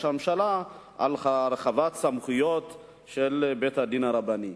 הממשלה על הרחבת סמכויות של בית-הדין הרבני,